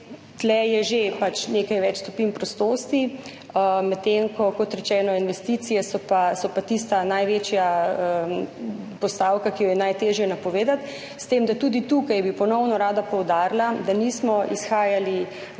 tu je že nekaj več stopinj prostosti, medtem ko so, kot rečeno, investicije pa tista največja postavka, ki jo je najtežje napovedati. S tem da bi tudi tukaj ponovno rada poudarila, da nismo izhajali